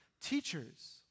teachers